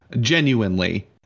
genuinely